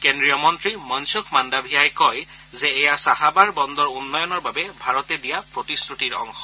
কেড্ৰীয় মন্ত্ৰী মনসুখ মান্দাভিয়াই কয় যে এয়া চাহাবাৰ বন্দৰ উন্নয়নৰ বাবে ভাৰতে দিয়া প্ৰতিশ্ৰুতিৰ অংশ